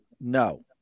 no